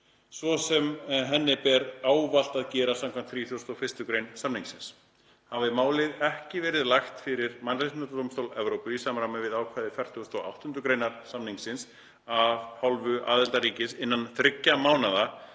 svo sem henni ber ávallt að gera skv. 31. gr. samningsins. Hafi málið ekki verið lagt fyrir Mannréttindadómstól Evrópu í samræmi við ákvæði 48. gr. samningsins af hálfu aðildarríkis innan þriggja mánaða